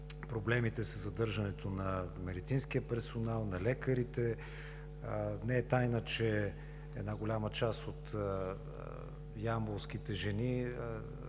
проблемите със задържането на медицинския персонал, на лекарите. Не е тайна, че голяма част от ямболските жени